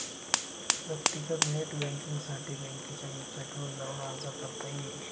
व्यक्तीगत नेट बँकींगसाठी बँकेच्या वेबसाईटवर जाऊन अर्ज करता येईल